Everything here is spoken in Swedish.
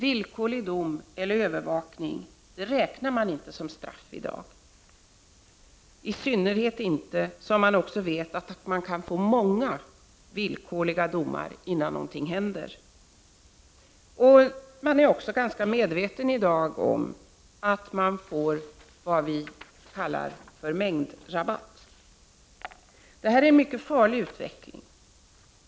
Villkorlig dom eller övervakning räknar man inte som straff i dag, i synnerhet inte som man vet att man kan få många villkorliga domar innan någonting händer. Man är i dag också ganska medveten om att man får vad vi kan kalla ”mängdrabatt”. Detta är en mycket farlig utveckling.